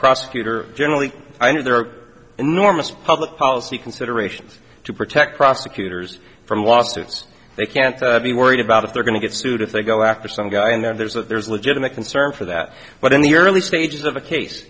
prosecutor generally i know there are enormous public policy considerations to protect prosecutors from lawsuits they can't be worried about if they're going to get sued if they go after some guy and then there's that there's a legitimate concern for that but in the early stages of a case